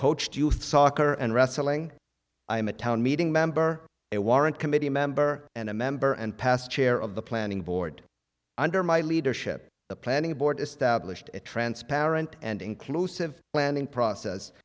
coached youth soccer and wrestling i am a town meeting member a warrant committee member and a member and past chair of the planning board under my leadership the planning board established a transparent and inclusive planning process